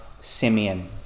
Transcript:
Simeon